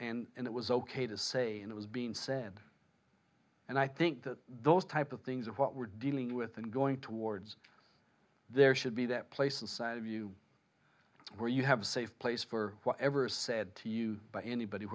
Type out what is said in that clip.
and it was ok to say and it was being said and i think that those type of things are what we're dealing with and going towards there should be that place inside of you where you have a safe place for whatever is said to you by anybody